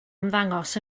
ymddangos